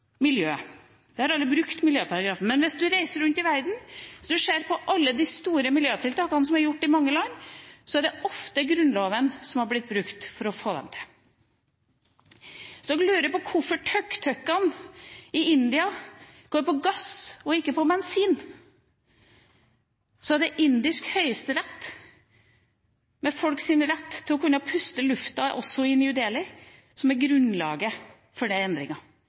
de aller, aller svakeste i samfunnet vårt. Så til miljø: Vi har aldri brukt miljøparagrafen. Men hvis du reiser rundt i verden, hvis du ser på alle de store miljøtiltakene som er gjort i mange land, er det ofte Grunnloven som har blitt brukt for å få dem til. Hvis man lurer på hvorfor tuk-tukene i India går på gass og ikke på bensin, er det indisk høyesterett og folks rett til å puste inn lufta, også i New Delhi, som er grunnlaget for den endringa.